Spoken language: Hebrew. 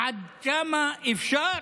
עד כמה אפשר?